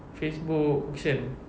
facebook auction